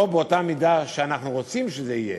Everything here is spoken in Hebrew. לא באותה מידה שאנחנו רוצים שזה יהיה.